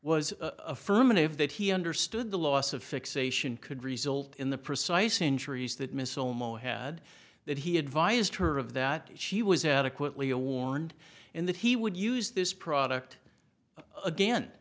was affirmative that he understood the loss of fixation could result in the precise injuries that missile had that he advised her of that she was adequately a warned and that he would use this product again